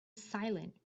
silent